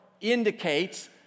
indicates